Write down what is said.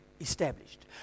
established